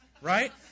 right